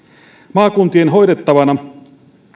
maakuntien hoidettavana